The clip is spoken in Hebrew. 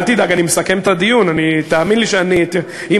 אל תדאג, אני מסכם את הדיון.